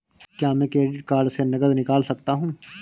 क्या मैं credit card से नकद निकाल सकता हूँ?